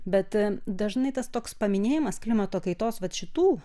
bet dažnai tas toks paminėjimas klimato kaitos vat šitų